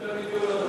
יותר מתאונות דרכים.